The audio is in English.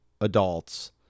adults